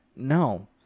No